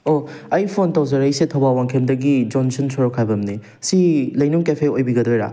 ꯑꯣ ꯑꯩ ꯐꯣꯟ ꯇꯧꯖꯔꯛꯏꯁꯦ ꯊꯧꯕꯥꯜ ꯋꯥꯡꯈꯦꯝꯗꯒꯤ ꯖꯣꯟꯁꯟ ꯁꯣꯔꯣꯛꯈꯥꯏꯕꯝꯅꯤ ꯁꯤ ꯂꯩꯅꯨꯡ ꯀꯦꯐꯦ ꯑꯣꯏꯕꯤꯒꯗꯣꯏꯔꯥ